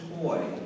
toy